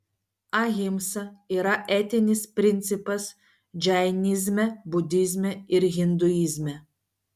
ahimsa yra etinis principas džainizme budizme ir hinduizme